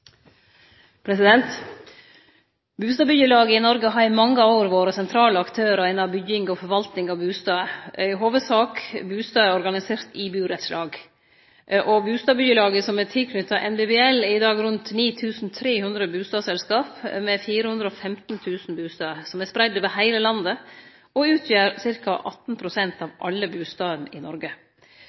Noreg har i mange år vore sentrale aktørar innan bygging og forvalting av bustader, i hovudsak bustader organiserte i burettslag. Bustadbyggjelaga som er tilknytte NBBL, tel i dag rundt 9 300 bustadselskap med 415 000 bustader, som er spreidde over heile landet og utgjer ca. 18 pst. av alle bustadene i Noreg.